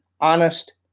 honest